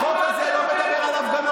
חבל שלא טיפלתם בו.